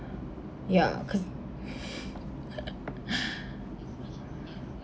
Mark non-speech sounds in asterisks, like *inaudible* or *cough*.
ya cause *breath* *laughs*